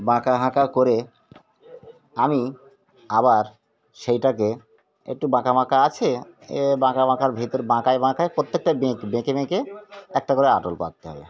বাঁকা হাঁকা করে আমি আবার সেইটাকে একটু বাঁকা বাঁকা আছে এ বাঁকা বাঁকার ভেতর বাঁকায় বাঁকায় প্রত্যেকটা বেঁক বেঁকে বেঁকে একটা করে আটল পাতে হবে